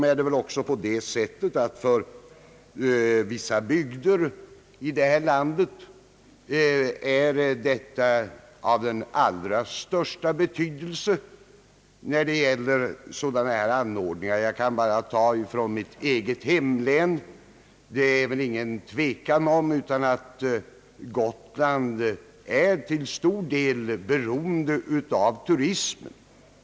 För vissa bygder är sådana här anordningar av den allra största betydelse. Jag kan ta ett exempel från mitt eget hemlän. Det är väl ingen tvekan om att Gotland till betydande del är beroende av turister.